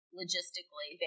logistically